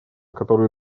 который